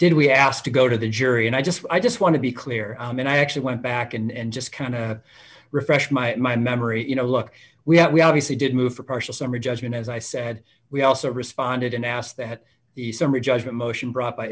did we ask to go to the jury and i just i just want to be clear and i actually went back and just kind of refresh my my memory you know look we obviously did move for partial summary judgment as i said we also responded and asked that the summary judgment motion brought by